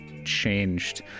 changed